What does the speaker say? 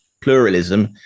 pluralism